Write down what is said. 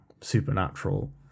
supernatural